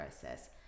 process